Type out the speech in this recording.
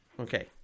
okay